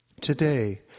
Today